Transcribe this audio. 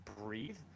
breathe